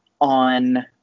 on